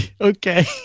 Okay